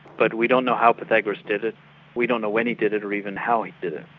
but we don't know how pythagoras did it we don't know when he did it or even how he did it.